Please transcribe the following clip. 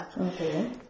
okay